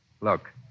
Look